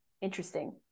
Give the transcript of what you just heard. interesting